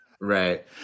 Right